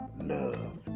Love